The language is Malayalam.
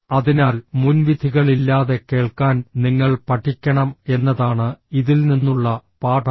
അതിനാൽ മുൻവിധികളില്ലാതെ കേൾക്കാൻ നിങ്ങൾ പഠിക്കണം എന്നതാണ് ഇതിൽ നിന്നുള്ള പാഠം